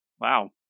wow